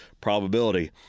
probability